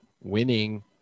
winning